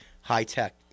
High-tech